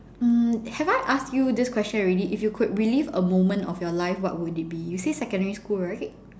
mm have I asked you this question already if you could relieve a moment of your life what would it be you said secondary school right